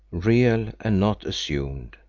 real and not assumed.